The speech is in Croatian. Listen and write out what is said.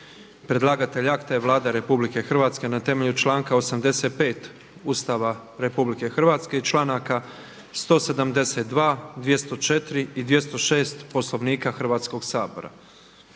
Predlagatelj akta je Vlada Republike Hrvatske temeljem članka 85. Ustava RH i članaka 172. i 204. Poslovnika Hrvatskog sabora.